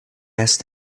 asked